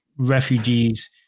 refugees